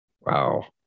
Wow